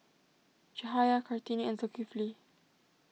Cahaya Kartini and Zulkifli